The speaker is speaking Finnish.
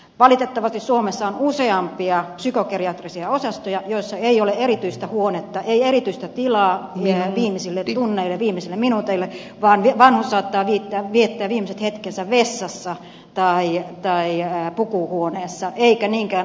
valitettavasti suomessa on useampia psykogeriatrisia osastoja joissa ei ole erityistä huonetta ei erityistä tilaa viimeisille tunneille viimeisille minuuteille vaan vanhus saattaa viettää viimeiset hetkensä vessassa tai pukuhuoneessa eikä niinkään arvokkaassa olotilassa